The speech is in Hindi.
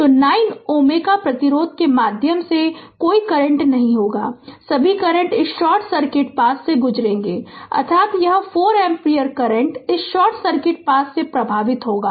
तो 9Ω प्रतिरोध के माध्यम से कोई करंट नहीं होगा सभी करंट इस शॉर्ट सर्किट पथ से गुजरेंगे अर्थात यह 4 एम्पीयर करंट इस शॉर्ट सर्किट पथ से प्रवाहित होगा